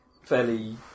fairly